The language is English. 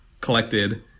collected